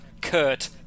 Kurt